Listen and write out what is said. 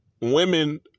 women –